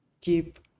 keep